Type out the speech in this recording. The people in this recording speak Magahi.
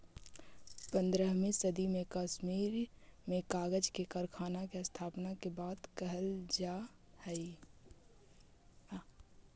पँद्रहवीं सदी में कश्मीर में कागज के कारखाना के स्थापना के बात कहल जा हई